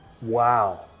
wow